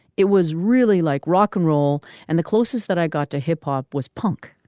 it was really like rock and roll. and the closest that i got to hip hop was punk.